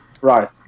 Right